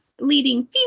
leading